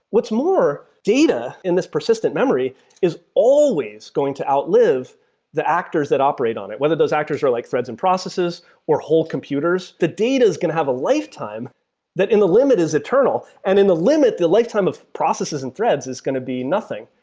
what's more, data in this persistent memory is always going to outlive the actors that operate on it, whether those actors are like threads and processes or hold computers. the data is going to have a lifetime that in the limit is eternal. and in the limit, the lifetime of processes and threads is going to be nothing.